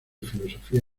filosofía